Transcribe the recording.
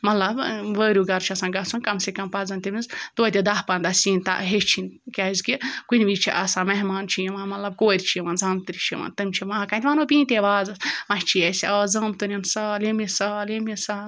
مطلب وٲرِو گَرٕ چھِ آسان گژھُن کَم سے کَم پَزَن تٔمِس توتہِ دَہ پنٛداہ سِنۍ ہیٚچھِنۍ کیٛازِکہِ کُنہِ وِز چھِ آسان مہمان چھِ یِوان مطلب کورِ چھِ یِوان زامتٕرۍ چھِ یِوان تِم چھِ یِوان وۄنۍ کَتہِ وَنو پیٖنٛتے وازَس وۄنۍ چھی اَسہِ اَز زامتٕرٮ۪ن سال یٔمِس سال یٔمِس سال